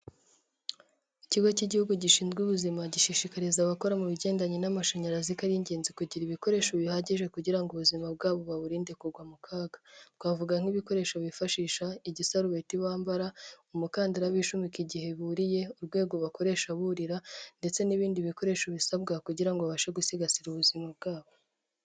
Ikigo cy'igihugu gishinzwe ubuzima gishishikariza abakora mu bigendanye n'amashanyarazi ko ar'ingenzi kugira ibikoresho bihagije kugira ngo ubuzima bwabo baburinde kugwa mu kaga, twavuga nk'ibikoresho bifashisha igisarubeti bambara, umukandara bishumika igihe buriye, urwego bakoresha burira ndetse n'ibindi bikoresho bisabwa kugira ngo babashe gusigasira ubuzima bwabo.